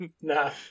Nah